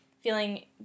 feeling